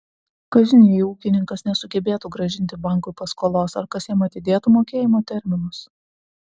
kažin jei ūkininkas nesugebėtų grąžinti bankui paskolos ar kas jam atidėtų mokėjimo terminus